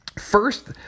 First